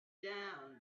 down